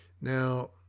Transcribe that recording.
Now